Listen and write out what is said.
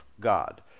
God